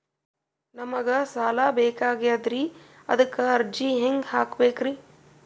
ನಮಗ ಸಾಲ ಬೇಕಾಗ್ಯದ್ರಿ ಅದಕ್ಕ ಅರ್ಜಿ ಹೆಂಗ ಹಾಕಬೇಕ್ರಿ?